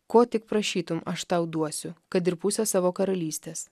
ko tik prašytum aš tau duosiu kad ir pusę savo karalystės